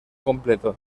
completo